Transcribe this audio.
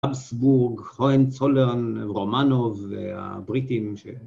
‫הבסבורג, חויין צולרן, רומאנוב ‫והבריטים של...